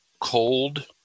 cold